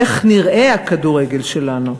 איך נראה הכדורגל שלנו,